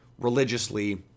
religiously